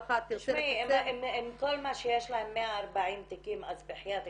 --- אם כל מה שיש להם 140 תיקים אז בחייאת,